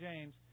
James